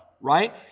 right